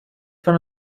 pan